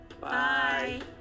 Bye